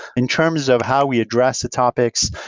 in terms of how we address the topics,